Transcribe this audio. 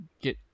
get